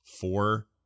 four